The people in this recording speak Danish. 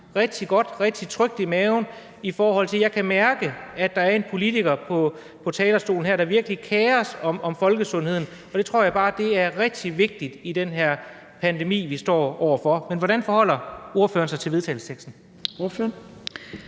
rigtig godt og rigtig trygt i maven, for jeg kan mærke, at der er en politiker på talerstolen her, der virkelig kerer sig om folkesundheden. Det tror jeg bare er rigtig vigtigt i den her pandemi, vi står i. Men hvordan forholder ordføreren sig til vedtagelsesteksten?